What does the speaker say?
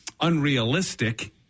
unrealistic